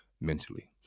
mentally